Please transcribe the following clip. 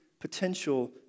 Potential